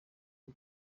ari